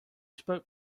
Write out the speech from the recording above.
spoke